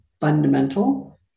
fundamental